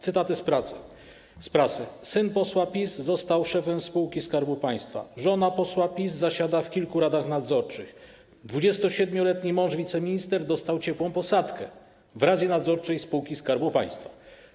Cytaty z prasy: syn posła PiS został szefem spółki Skarbu Państwa; żona posła PiS zasiada w kilku radach nadzorczych; 27-letni mąż wiceminister dostał ciepłą posadkę w radzie nadzorczej spółki Skarbu Państwa.